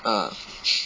ah